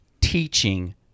teaching